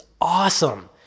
awesome